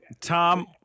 Tom